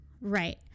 right